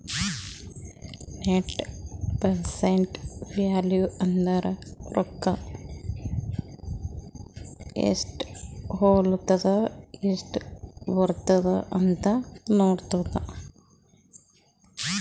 net present value ಅಂದುರ್ ರೊಕ್ಕಾ ಎಸ್ಟ್ ಹೊಲತ್ತುದ ಎಸ್ಟ್ ಬರ್ಲತ್ತದ ಅಂತ್ ನೋಡದ್ದ